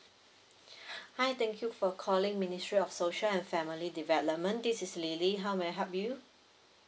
hi thank you for calling ministry of social and family development this is lily how may I help you